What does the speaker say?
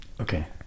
Okay